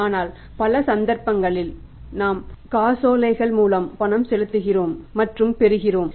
ஆனால் பல சந்தர்ப்பங்களில் நாம் காசோலைகள் மூலம் பணம் செலுத்துகிறோம் மற்றும் பெறுகிறோம்